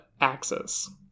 axis